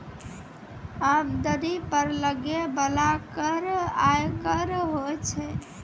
आमदनी पर लगै बाला कर आयकर होय छै